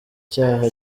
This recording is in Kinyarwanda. cyaha